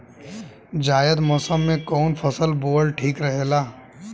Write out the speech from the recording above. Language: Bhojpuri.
जायद मौसम में कउन फसल बोअल ठीक रहेला?